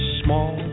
small